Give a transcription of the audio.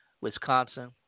Wisconsin